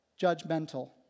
judgmental